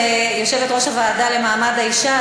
יושבת-ראש הוועדה למעמד האישה,